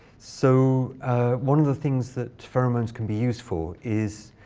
so one of the things that pheromones can be used for is